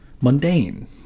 mundane